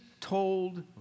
told